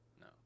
No